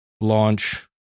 launch